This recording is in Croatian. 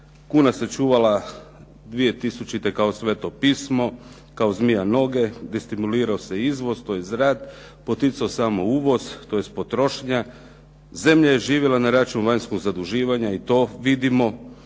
Kuna se čuvala 2000. kao Sveto pismo, kao zmija noge, destimulirao se izvoz kroz rat, poticao samo uvoz, tj. potrošnja. Zemlja je živjela na račun vanjskog zaduživanja i to vidimo